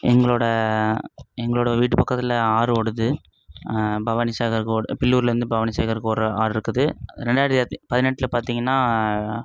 எங்களோடய எங்களோடய வீட்டு பக்கத்தில் ஆறு ஓடுது பவானி சாகர் கோ பில்லூர்லேந்து பவானி சாகர்க்கு ஓடுகிற ஆறிருக்குது ரெண்டாயிரத்து பதினெட்டில் பார்த்திங்கன்னா